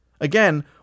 Again